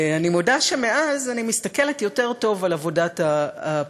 אני מודה שמאז אני מסתכלת יותר טוב על עבודת הפרקליטות,